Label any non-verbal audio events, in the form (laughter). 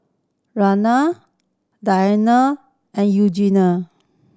(unintelligible) Diana and Eugenie